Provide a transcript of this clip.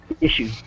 issue